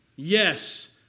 Yes